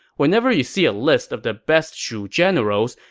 whenever you see a list of the best shu generals,